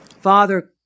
Father